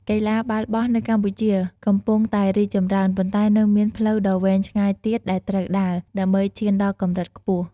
កីឡាបាល់បោះនៅកម្ពុជាកំពុងតែរីកចម្រើន ប៉ុន្តែនៅមានផ្លូវដ៏វែងឆ្ងាយទៀតដែលត្រូវដើរ ដើម្បីឈានដល់កម្រិតខ្ពស់។